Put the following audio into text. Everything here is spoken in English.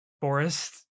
forest